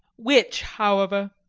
which, however,